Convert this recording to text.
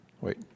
Wait